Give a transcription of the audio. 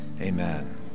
Amen